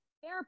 fair